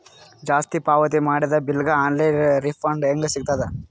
ಜಾಸ್ತಿ ಪಾವತಿ ಮಾಡಿದ ಬಿಲ್ ಗ ಆನ್ ಲೈನ್ ರಿಫಂಡ ಹೇಂಗ ಸಿಗತದ?